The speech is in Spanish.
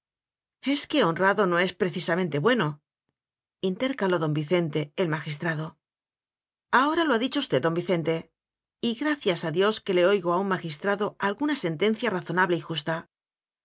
es que honrado no es precisamente bue nointercaló don vicente el magistrado á hora lo ha dicho usted don vicente y gracias a dios que le oigo a un magistrado alguna sentencia razonable y justa